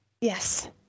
Yes